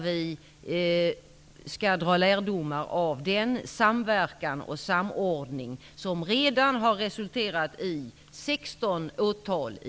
Vi skall dra lärdom av den samverkan och samordning som redan har resulterat i 16 åtal i